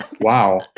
Wow